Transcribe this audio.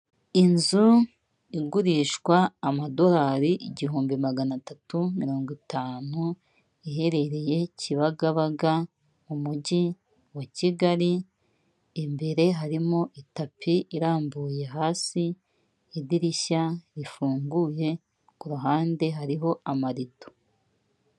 Inzu igurishwa amadorari igihumbi magana atatu mirongo itanu, iherereye Kibagabaga mu mujyi wa Kigali, imbere harimo itapi irambuye hasi, idirishya rifunguye ku ruhande hariho amarido.